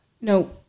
No